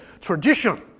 Tradition